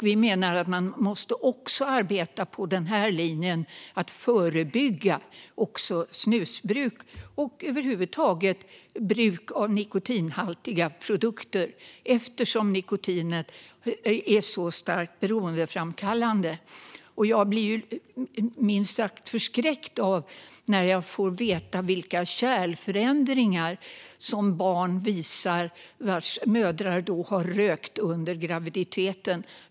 Vi menar att man måste arbeta också på den här linjen och förebygga även snusbruk och bruk av nikotinhaltiga produkter över huvud taget eftersom nikotin är så starkt beroendeframkallande. Jag blir minst sagt förskräckt när jag får veta vilka kärlförändringar barn uppvisar vars mödrar har rökt under graviditeten.